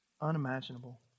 unimaginable